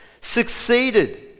succeeded